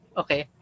okay